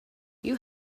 you